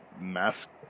mask